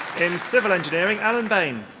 in civil engineering, alan bain.